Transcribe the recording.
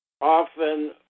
Often